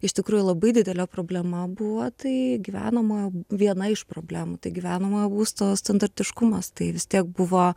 iš tikrųjų labai didelė problema buvo tai gyvenamojo viena iš problemų tai gyvenamojo būsto stantartiškumas tai vis tiek buvo